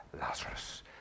Lazarus